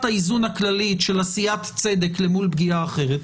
האיזון הכללית של עשיית צדק למול פגיעה אחרת,